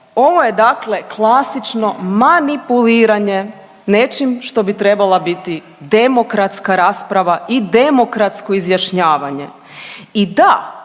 Ovo je dakle klasično manipuliranje nečim što bi trebala biti demokratska rasprava i demokratsko izjašnjavanje. I da,